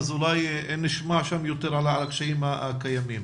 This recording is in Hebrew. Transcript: אולי נשמע שם יותר על הקשיים שקיימים.